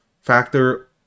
factor